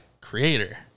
creator